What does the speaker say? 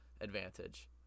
advantage